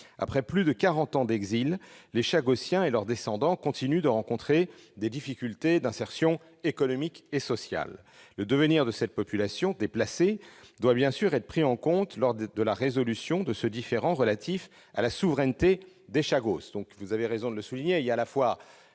Après plus de quarante ans d'exil, les Chagossiens et leurs descendants continuent de rencontrer des difficultés d'insertion économique et sociale. Le devenir de cette population déplacée doit, bien sûr, être pris en compte lors de la résolution du différend relatif à la souveraineté des Chagos.